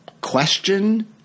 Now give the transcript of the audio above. question